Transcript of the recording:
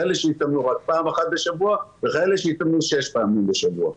כאלה שהתאמנו רק פעם אחת בשבוע וכאלה שהתאמנו שש פעמים בשבוע.